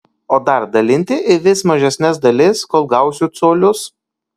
o dar dalinti į vis mažesnes dalis kol gausiu colius